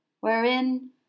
wherein